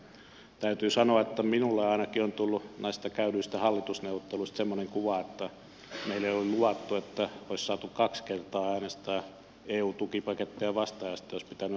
mutta täytyy sanoa että minulle ainakin on tullut näistä käydyistä hallitusneuvotteluista semmoinen kuva että meille oli luvattu että olisi saatu kaksi kertaa äänestää eu tukipaketteja vastaan ja sitten olisi pitänyt äänestää puolesta